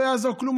לא יעזור כלום,